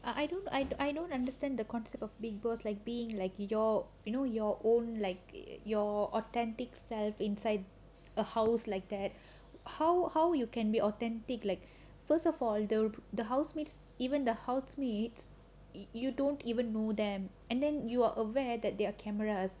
I I don't I don't I don't understand the concept of big boss like being like your you know your own like you're authentic self inside a house like that how how you can be authentic like first of all the the housemates even the housemates it you don't even know them and then you are aware that there are cameras